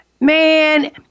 man